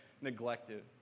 neglected